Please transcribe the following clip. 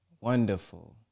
wonderful